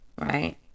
Right